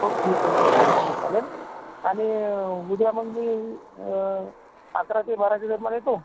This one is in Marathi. हो ठीक आहे ठीक आहे काय हरकत नाही चालेल आणि उद्या मग मी अकरा ते बाराच्या दरम्यान येतो